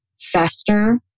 fester